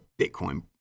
Bitcoin